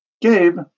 Gabe